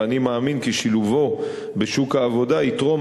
ואני מאמין כי שילובו בשוק העבודה יתרום